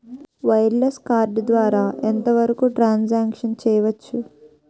Wireless card ద్వారా ఎంత వరకు ట్రాన్ సాంక్షన్ చేయవచ్చు?